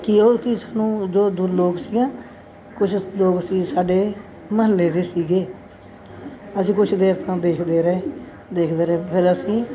ਕਿ ਉਹ ਕੀ ਸਾਨੂੰ ਜੋ ਦੂ ਲੋਕ ਸੀ ਕੁਝ ਲੋਕ ਸੀ ਸਾਡੇ ਮੁਹੱਲੇ ਦੇ ਸੀਗੇ ਅਸੀਂ ਕੁਛ ਦੇਰ ਤਾਂ ਦੇਖਦੇ ਰਹੇ ਦੇਖਦੇ ਰਹੇ ਫਿਰ ਅਸੀਂ